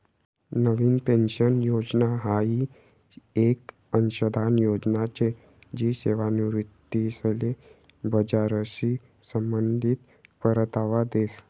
नवीन pension योजना हाई येक अंशदान योजना शे जी सेवानिवृत्तीसले बजारशी संबंधित परतावा देस